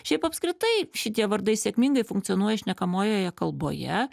šiaip apskritai šitie vardai sėkmingai funkcionuoja šnekamojoje kalboje